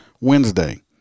Wednesday